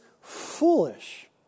foolish